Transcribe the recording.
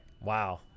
wow